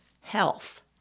health